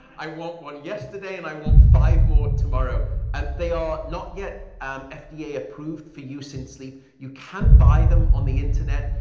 i want one yesterday and i want five more tomorrow. and they are not yet um fda-approved for use in sleep. you can buy them on the internet.